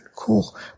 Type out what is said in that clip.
Cool